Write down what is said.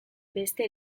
beste